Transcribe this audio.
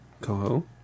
coho